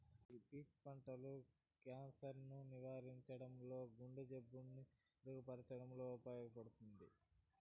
ఈ పీచ్ పండు క్యాన్సర్ ను నివారించడంలో, గుండె ఆరోగ్యాన్ని మెరుగు పరచడంలో ఉపయోగపడుతుంది